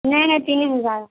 نہیں نہیں تین ہی ہزار